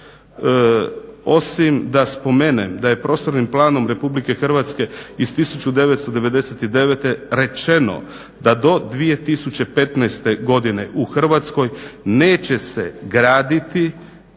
osim da spomenem da je prostornim planom Republike Hrvatske iz 1999. rečeno da do 2015. godine u Hrvatskoj neće se graditi